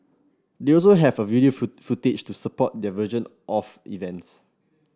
they also have a video food footage to support their version of events